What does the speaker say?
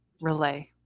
relay